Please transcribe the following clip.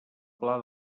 pla